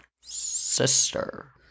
sister